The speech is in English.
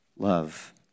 love